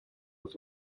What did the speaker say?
was